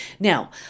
Now